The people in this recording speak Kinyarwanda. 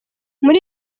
muri